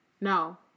no